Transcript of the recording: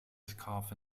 scarf